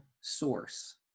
source